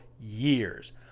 years